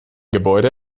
gebäude